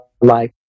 life